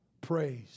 praise